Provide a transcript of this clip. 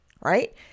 right